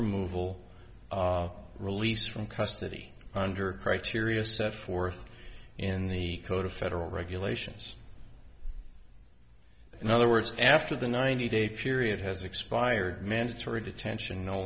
removal released from custody under a criteria set forth in the code of federal regulations in other words after the ninety day period has expired mandatory detention no